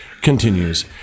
continues